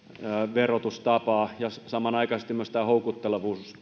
verotustapaa ja samanaikaisesti myös houkuttelevuus